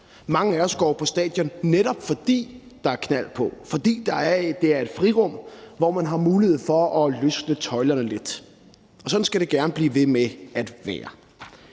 Mange af os går på stadion, netop fordi der er knald på, og fordi det er et frirum, hvor man har mulighed for at løsne tøjlerne lidt, og sådan skal det gerne blive ved med at være.